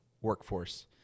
workforce